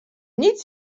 nic